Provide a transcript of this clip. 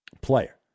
player